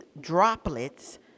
droplets